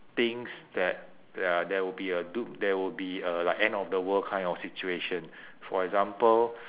thinks that ya there will be a doom~ there will be a like end of the world kind of situation for example